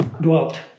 dwelt